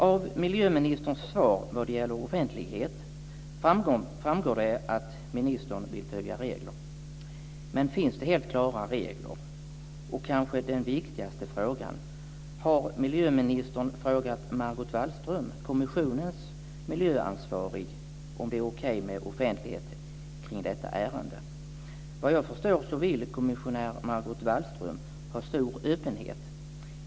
Av miljöministerns svar vad gäller offentlighet framgår att ministern vill följa regler. Men finns det helt klara regler? Och kanske den viktigaste frågan: Har miljöministern frågat Margot Wallström, kommissionens miljöansvarige, om det är okej med offentlighet kring detta ärende? Såvitt jag förstår vill kommissionär Margot Wallström ha stor öppenhet.